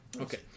Okay